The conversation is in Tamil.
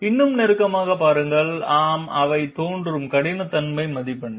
இன்னும் நெருக்கமாக பாருங்கள் ஆம் அவை தோன்றும் கடினத்தன்மை மதிப்பெண்கள்